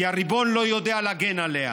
כי הריבון לא יודע להגן עליה.